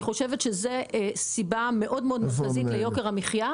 אני חושבת שיתר רגולציה היא אחת הסיבות המרכזיות ליוקר המחייה